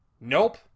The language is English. Nope